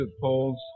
polls